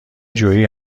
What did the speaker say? جویی